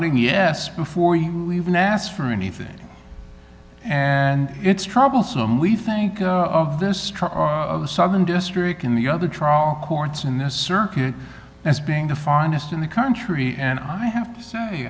g yes before you even asked for anything and it's troublesome we think of this southern district in the other trial courts in this circuit as being the finest in the country and i have to say